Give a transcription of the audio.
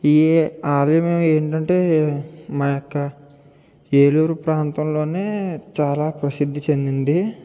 ఈ ఆలయం ఏంటంటే మా యొక్క ఏలూరు ప్రాంతంలోనే చాలా ప్రసిద్ధి చెందింది